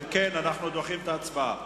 אם כן, אנחנו דוחים את ההצבעה?